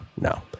no